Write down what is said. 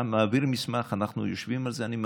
אתה מעביר מסמך, אנחנו יושבים על זה, ואני מעביר.